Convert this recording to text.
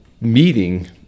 meeting